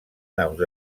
naus